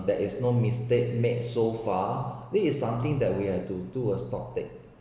there is no mistake made so far this is something that we have to do a stock take